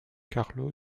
carlo